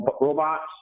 Robots